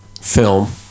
film